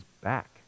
back